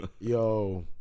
Yo